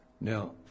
Now